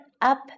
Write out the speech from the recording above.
up